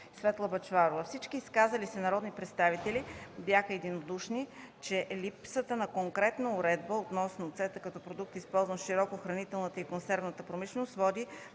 Светла Бъчварова. Всички изказали се народни представители бяха единодушни, че липсата на конкретна уредба относно оцета като продукт, използван широко в хранителната и консервната промишленост, води